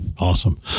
Awesome